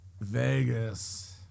vegas